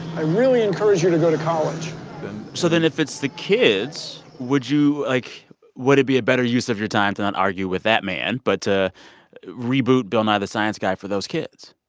i really encourage you to go to college so then if it's the kids, would you, like would it be a better use of your time to not argue with that man but to reboot bill nye the science guy for those kids?